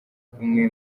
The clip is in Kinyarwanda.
kumwe